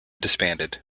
disbanded